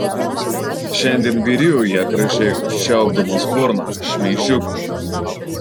šiandien vyrijoje gražiai užčiaupdamas burną šmeižikui